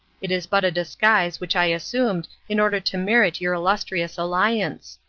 it is but a disguise which i assumed in order to merit your illustrious alliance.